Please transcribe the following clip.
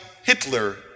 Hitler